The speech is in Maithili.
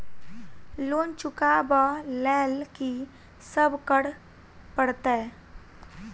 लोन चुका ब लैल की सब करऽ पड़तै?